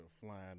flying